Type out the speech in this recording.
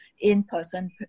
in-person